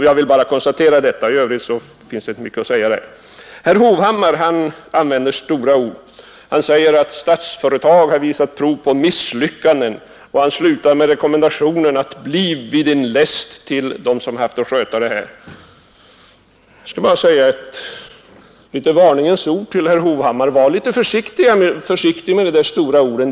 Jag vill bara konstatera detta. I övrigt finns det inte mycket att säga därvidlag. Herr Hovhammar använder stora ord. Han säger att Statsföretag har visat prov på misslyckanden och han slutar med rekommendationen ”bliv vid din läst” till dem som haft att sköta denna verksamhet. Jag vill bara rikta ett varningens ord till herr Hovhammar. Var litet försiktig med de där stora orden!